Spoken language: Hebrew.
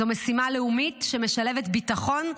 זו משימה לאומית שמשלבת ביטחון,